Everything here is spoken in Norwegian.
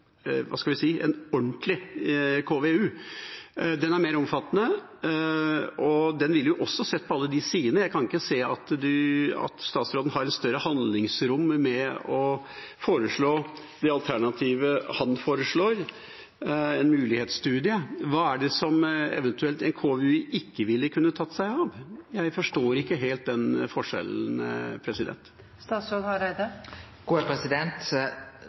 hva skal jeg si, ordentlig KVU. Den er mer omfattende, og den ville jo også sett på alle de sidene. Jeg kan ikke se at statsråden har et større handlingsrom ved å foreslå det alternativet han foreslår – en mulighetsstudie. Hva er det en KVU eventuelt ikke ville kunne tatt seg av? Jeg forstår ikke helt den